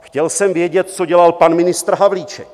Chtěl jsem vědět, co dělal pan ministr Havlíček.